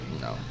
No